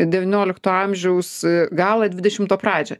devyniolikto amžiaus galą dvidešimto pradžia